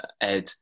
Ed